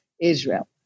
Israel